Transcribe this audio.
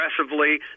aggressively